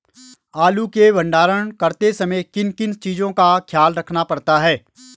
आलू के भंडारण करते समय किन किन चीज़ों का ख्याल रखना पड़ता है?